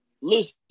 Listen